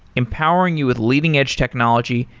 empowering you with leading edge technology,